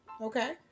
Okay